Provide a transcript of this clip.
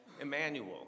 Emmanuel